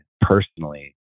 personally